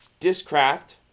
Discraft